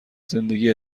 زندگی